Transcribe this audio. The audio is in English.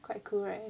quite cool right